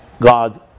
God